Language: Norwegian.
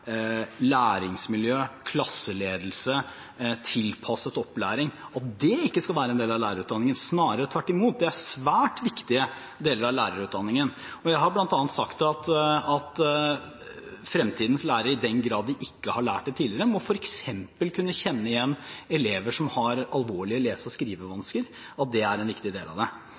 læringsmiljø, klasseledelse, tilpasset opplæring, ikke skal være en del av lærerutdanningen. Snarere tvert imot – dette er svært viktige deler av lærerutdanningen. Jeg har bl.a. sagt at fremtidens lærere, i den grad de ikke har lært det tidligere, f.eks. må kunne kjenne igjen elever som har alvorlige lese- og skrivevansker, at det er en viktig del av det.